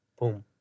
Boom